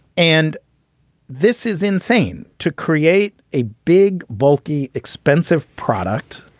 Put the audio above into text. and this is insane to create a big, bulky, expensive product,